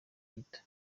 gito